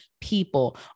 people